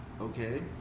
okay